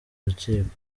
rukiko